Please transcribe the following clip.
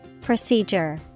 Procedure